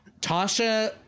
Tasha